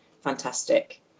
fantastic